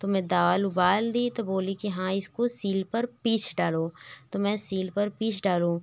तो मैं दाल उबाल दी तो बोली कि हाँ इसको सील पर पीस डालो तो मैं सील पर पीस डालो